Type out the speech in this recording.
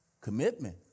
Commitment